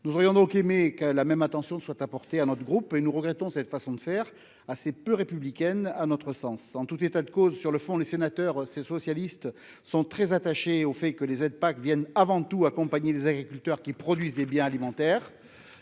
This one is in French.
Nous aurions aimé que la même attention soit portée à notre groupe et nous regrettons cette façon de faire, assez peu républicaine à notre sens. En tout état de cause, sur le fond, les sénateurs socialistes sont très attachés à ce que les aides de la PAC servent avant tout à accompagner les agriculteurs qui produisent des biens alimentaires.